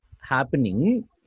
happening